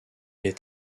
est